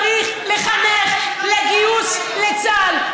צריך לחנך לגיוס לצה"ל,